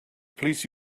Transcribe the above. please